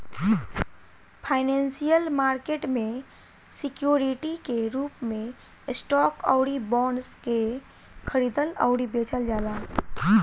financial market में security के रूप में स्टॉक अउरी बॉन्ड के खरीदल अउरी बेचल जाला